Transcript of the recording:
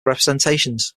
representations